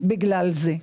בגלל זה.